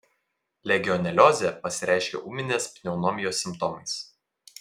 legioneliozė pasireiškia ūminės pneumonijos simptomais